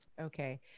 Okay